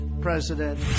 president